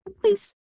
Please